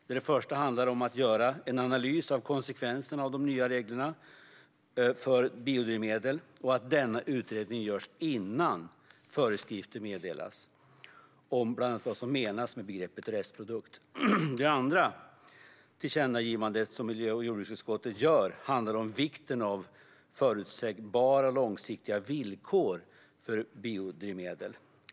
Det första handlar om att göra en analys av konsekvenserna av de nya reglerna för biodrivmedel och att denna utredning görs innan föreskrifter meddelas om bland annat vad som menas med begreppet restprodukt. Det andra tillkännagivandet som miljö och jordbruksutskottet gör handlar om vikten av förutsägbara och långsiktiga villkor för biodrivmedel.